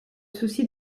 souci